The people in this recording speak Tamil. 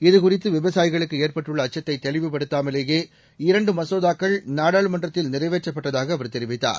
இதுகுறித்து விவசாயிகளுக்கு ஏற்பட்டுள்ள அச்சத்தை தெளிவுபடுத்தாமலேயே இரண்டு மசோதாக்கள் நாடாளுமன்றத்தில் நிறைவேற்றப்பட்டதாக அவர் தெரிவித்தார்